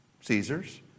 Caesar's